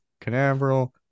Canaveral